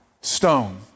stone